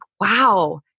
wow